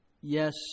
yes